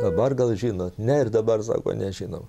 dabar gal žinot ne ir dabar sako nežinom